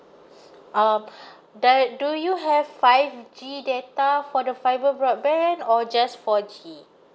um the do you have five G data for the fibre broadband or just four G